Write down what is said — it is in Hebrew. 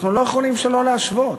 אנחנו לא יכולים שלא להשוות.